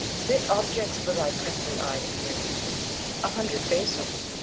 fit objects for thy princely eye to pierce a hundred bassoes,